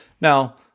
Now